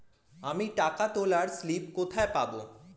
আমি টাকা তোলার স্লিপ কোথায় পাবো?